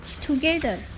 Together